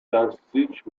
достичь